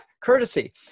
courtesy